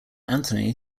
anthony